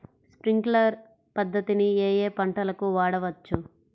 Sprinkler పద్ధతిని ఏ ఏ పంటలకు వాడవచ్చు?